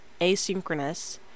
asynchronous